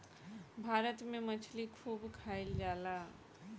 भारत में मछली खूब खाईल जाला